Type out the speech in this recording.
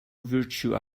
virtue